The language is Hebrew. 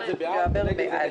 ג'אבר עסאקלה בעד.